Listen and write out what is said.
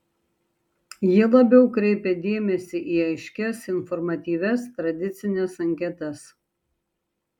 jie labiau kreipia dėmesį į aiškias informatyvias tradicines anketas